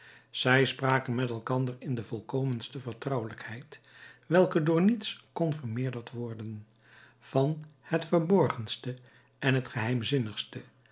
zij spraken met elkander in de volkomenste vertrouwelijkheid welke door niets kon vermeerderd worden van het verborgenste en het geheimzinnigste